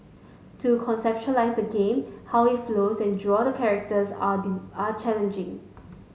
to conceptualize the game how it flows and draw the characters are are challenging